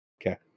Okay